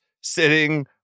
sitting